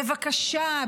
בבקשה,